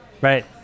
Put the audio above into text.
right